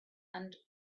and